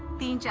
the and yeah